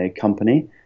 company